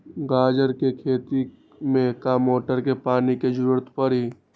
गाजर के खेती में का मोटर के पानी के ज़रूरत परी?